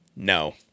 No